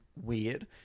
Weird